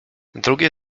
drugie